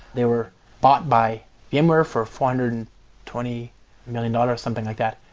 they were bought by vmware for four hundred and twenty million dollars, something like that.